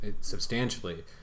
substantially